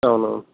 అవును అవును